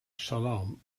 shalom